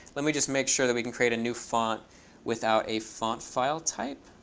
let me just make sure that we can create a new font without a font file type.